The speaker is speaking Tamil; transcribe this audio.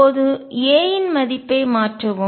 இப்போது a இன் மதிப்பை மாற்றவும்